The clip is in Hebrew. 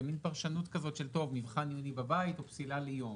זאת מן פרשנות מבחן עיוני בבית או פסילה ליום.